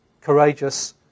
courageous